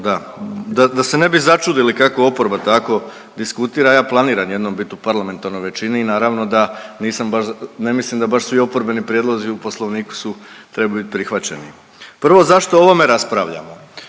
da se ne bi začudili kako oporba tako diskutira. Ja planiram jednom bit u parlamentarnoj većini i naravno da nisam baš ne mislim da baš svi oporbeni prijedlozi u poslovniku su trebaju bit prihvaćeni. Prvo zašto o ovome raspravljamo?